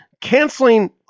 canceling